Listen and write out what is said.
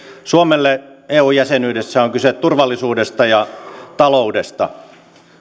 suomelle eu jäsenyydessä on kyse turvallisuudesta ja taloudesta